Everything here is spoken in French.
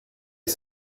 est